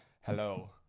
hello